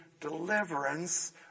deliverance